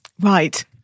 Right